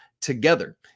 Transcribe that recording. together